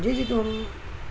جی جی